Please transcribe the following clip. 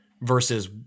versus